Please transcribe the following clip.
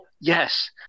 yes